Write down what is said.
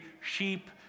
sheep